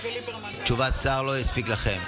תשובת השר לא הספיקה לכם.